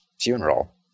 funeral